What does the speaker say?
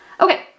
Okay